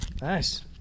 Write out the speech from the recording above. nice